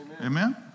Amen